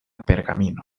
pergamino